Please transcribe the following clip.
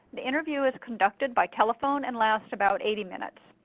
the interview is conducted by telephone and lasts about eighty minutes.